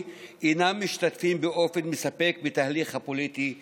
אינם משתתפים באופן מספק בתהליך הפוליטי הרגיל,